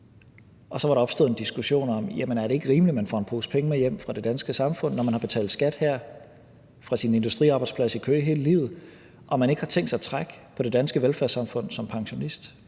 Og så var der opstået en diskussion om, om det ikke er rimeligt, at man får en pose penge med hjem fra det danske samfund, når man har betalt skat her fra sin industriarbejdsplads i Køge hele livet og man ikke har tænkt sig at trække på det danske velfærdssamfund som pensionist.